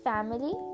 Family